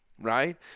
right